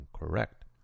incorrect